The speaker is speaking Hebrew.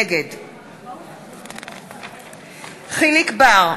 נגד יחיאל חיליק בר,